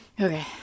okay